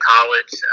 College